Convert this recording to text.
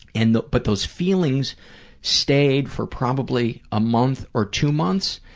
and but those feelings stayed for probably a month or two months,